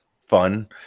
fun